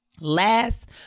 Last